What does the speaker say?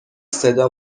صدا